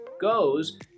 goes